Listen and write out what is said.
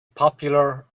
popular